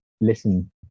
listen